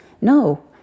No